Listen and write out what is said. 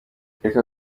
akarere